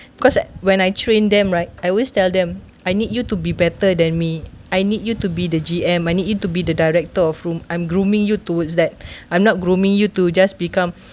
because when I train them right I always tell them I need you to be better than me I need you to be the G_M I need you to be the director of room I'm grooming you towards that I'm not grooming you to just become